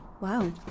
Wow